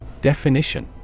Definition